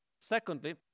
Secondly